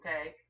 okay